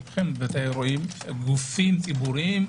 גופים ציבוריים,